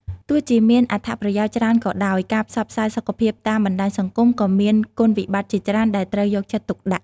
ទោះជាមានអត្ថប្រយោជន៍ច្រើនក៏ដោយ ការផ្សព្វផ្សាយសុខភាពតាមបណ្តាញសង្គមក៏មានគុណវិបត្តិជាច្រើនដែលត្រូវយកចិត្តទុកដាក់។